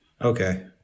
Okay